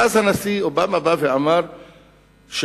ואז הנשיא אובמה אמר שהבסיס